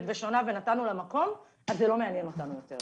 שונה ונתנו לה מקום אז זה לא מעניין אותנו יותר.